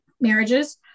marriages